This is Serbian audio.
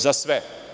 Za sve.